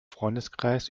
freundeskreis